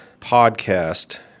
podcast